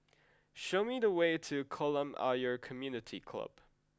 show me the way to Kolam Ayer Community Club